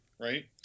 right